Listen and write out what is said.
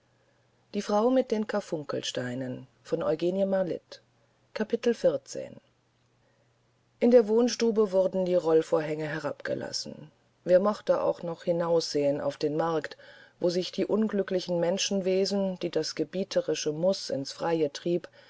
in der wohnstube wurden die rollvorhänge herabgelassen wer mochte auch noch hinaussehen auf den markt wo sich die unglücklichen menschenwesen die das gebieterische muß ins freie trieb